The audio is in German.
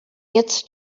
jetzt